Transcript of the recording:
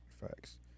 Facts